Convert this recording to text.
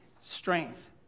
strength